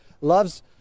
loves